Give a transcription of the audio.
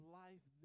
life